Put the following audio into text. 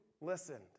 listened